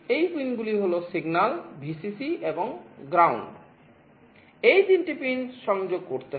এই পিনগুলি হল signal Vcc এবং GND এই 3টি পিন সংযোগ করতে হবে